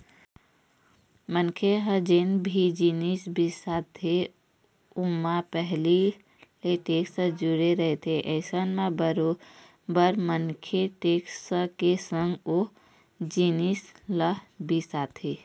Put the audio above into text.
मनखे ह जेन भी जिनिस बिसाथे ओमा पहिली ले टेक्स जुड़े रहिथे अइसन म बरोबर मनखे टेक्स के संग ओ जिनिस ल बिसाथे